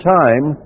time